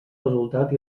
resultat